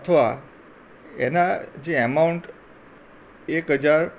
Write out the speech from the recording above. અથવા એના જે એમાઉન્ટ એક હજાર